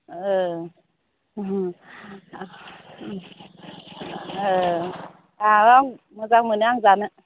अ अ आं मोजां मोनो आं जानो